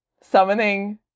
summoning